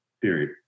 period